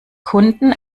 kunden